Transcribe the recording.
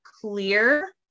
clear